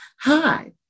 hi